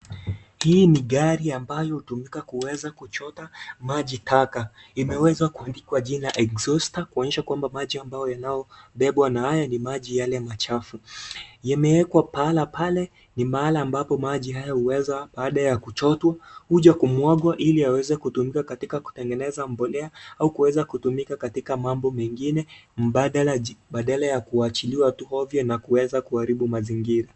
Hii ni gari ambayo hutumika kuweza kuchota maji taka. Imeweza kuandikwa jina exhauster , kuonyesha kwamba maji ambayo yanayo bebwa na haya ni maji yale machafu. Yamewekwa pahala pale ni mahala ambapo maji haya huweza baada ya kuchotwa, huja kumwagwa ili aweze kutumika katika kutengeneza mbolea au kuweza kutumika katika mambo mengine mbadala badala ya kuachiliwa tu ovyo na kuweza kuharibu mazingira.